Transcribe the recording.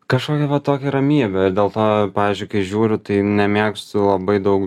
kažkokia va tokia ramybė ir dėl to pavyzdžiui kai žiūriu tai nemėgstu labai daug